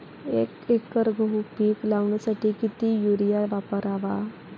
एक एकर गहू पीक लावण्यासाठी किती युरिया वापरावा?